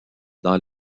dans